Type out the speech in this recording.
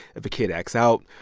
if a kid acts out,